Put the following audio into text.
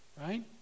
right